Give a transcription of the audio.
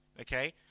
okay